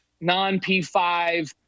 non-P5